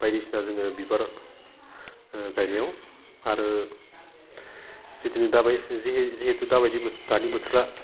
बायदिसिना जोङो बिबार गायनायाव आरो जिथिनि दाबाय जि जिहेथु दाबायदि बोथोर दानि बोथोरा